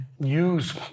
use